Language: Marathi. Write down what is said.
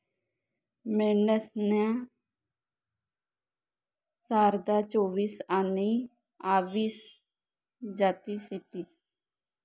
मेंढ्यासन्या शारदा, चोईस आनी आवसी जाती शेतीस